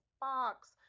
box